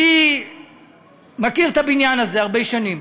אני מכיר את הבניין הזה הרבה שנים.